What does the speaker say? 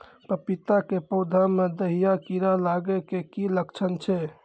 पपीता के पौधा मे दहिया कीड़ा लागे के की लक्छण छै?